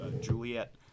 Juliet